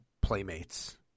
playmates